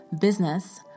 business